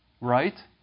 Right